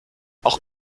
auch